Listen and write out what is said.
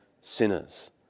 sinners